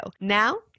Now